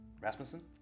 Rasmussen